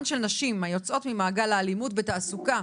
של נשים היוצאות ממעגל האלימות בתעסוקה.